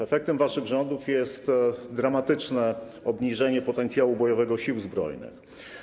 Efektem waszych rządów jest dramatyczne obniżenie potencjału bojowego Sił Zbrojnych.